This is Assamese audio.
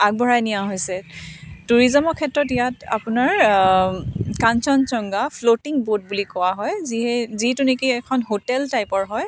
আগবঢ়াই নিয়া হৈছে টুৰিচমৰ ক্ষেত্ৰত ইয়াত আপোনাৰ কাঞ্চনজংহা ফ্ল'টিং ব'ট বুলি কোৱা হয় যিয়ে যিটো নেকি এখন হোটেল টাইপৰ হয়